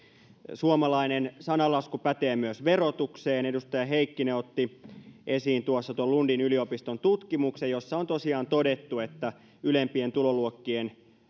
suomalainen sananlasku pätee myös verotukseen edustaja heikkinen otti esiin tuossa tuon lundin yliopiston tutkimuksen jossa on tosiaan todettu että ylempien tuloluokkien